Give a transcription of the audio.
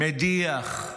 מדיח,